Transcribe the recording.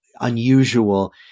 unusual